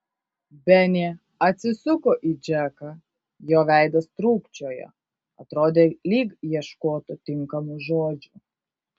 benė atsisuko į džeką jo veidas trūkčiojo atrodė lyg ieškotų tinkamų žodžių